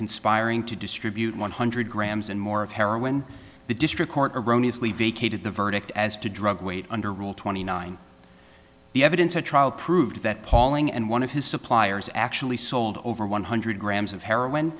conspiring to distribute one hundred grams and more of heroin the district court erroneous lee vacated the verdict as to drug weight under rule twenty nine the evidence at trial proved that pauling and one of his suppliers actually sold over one hundred grams of heroin